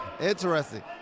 Interesting